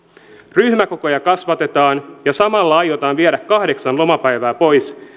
ryhmäkokoja kasvatetaan ja samalla aiotaan viedä kahdeksan lomapäivää pois